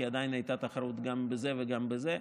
כי עדיין הייתה תחרות גם בזה וגם בזה.